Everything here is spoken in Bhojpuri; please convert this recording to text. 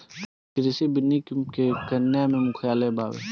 कृषि वानिकी के केन्या में मुख्यालय बावे